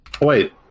Wait